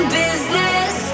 business